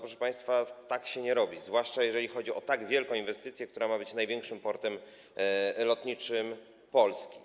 Proszę państwa, tak się nie robi, zwłaszcza gdy chodzi o tak wielką inwestycję, która ma być największym portem lotniczym Polski.